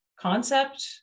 concept